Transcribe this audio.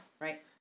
Right